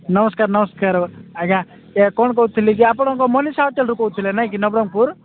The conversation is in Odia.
ନମସ୍କାର ନମସ୍କାର ଆଜ୍ଞା ଏ କ'ଣ କହୁଥିଲେ କି ଆପଣଙ୍କ ମନିସା ହୋଟେଲରୁ କହୁଥିଲେ ନାଇଁ କି ନବରଙ୍ଗପୁର